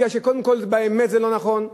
קודם כול מפני שבאמת זה לא נכון,